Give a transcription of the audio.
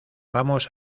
vamos